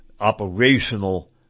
operational